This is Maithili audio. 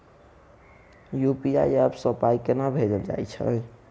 यु.पी.आई ऐप सँ पाई केना भेजल जाइत छैक?